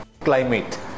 climate